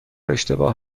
اشتباه